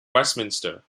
westminster